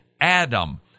Adam